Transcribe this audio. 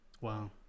Wow